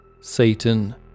Satan